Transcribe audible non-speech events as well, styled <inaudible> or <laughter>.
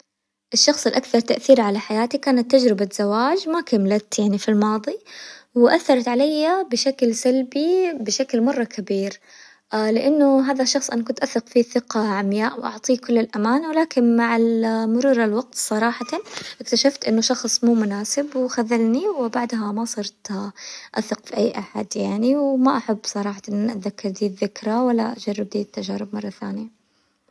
الشخص الأكثر تأثير على حياتي كانت تجربة زواج ما كملت يعني في الماظي، وأثرت عليا بشكل سلبي بشكل مرة كبير <hesitation> لأنه هذا الشخص كنت أثق فيه ثقة عمياء وأعطيه كل الأمان، ولكن مع ال- مرور الوقت صراحةً اكتشفت إنه شخص مو مناسب وخذلني، وبعدها ما صرت <hesitation> أثق في أي أحد يعني، وما أحب صراحةً أتذكر ذي الذكرى ولا أجرب دي التجارب مرة ثانية.